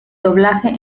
doblaje